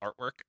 artwork